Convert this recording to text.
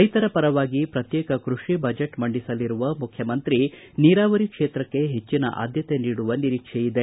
ರೈತರ ಪರವಾಗಿ ಪ್ರತ್ಯೇಕ ಕೃಷಿ ಬಜೆಟ್ ಮಂಡಿಸಲಿರುವ ಮುಖ್ಯಮಂತ್ರಿ ನೀರಾವರಿ ಕ್ಷೇತ್ರಕ್ಷೆ ಹೆಚ್ಚನ ಆದ್ಯತೆ ನೀಡುವ ನಿರೀಕ್ಷೆ ಇದೆ